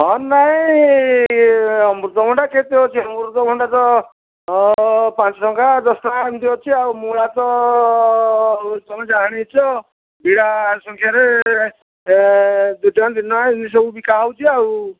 ହଁ ନାଇଁ ଅମୃତଭଣ୍ଡା କେତେ ଅଛି ଅମୃତଭଣ୍ଡା ତ ପାଞ୍ଚ ଟଙ୍କା ଦଶ ଟଙ୍କା ଏମିତି ଅଛି ଆଉ ମୂଳା ତ ତମେ ଜାଣିଛ ବିଡ଼ା ସଂଖ୍ୟାରେ ଏ ଦୁଇ ଟଙ୍କା ତିନି ଟଙ୍କା ଏମିତି ସବୁ ବିକା ହେଉଛି ଆଉ